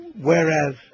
Whereas